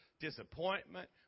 disappointment